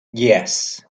yes